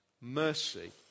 mercy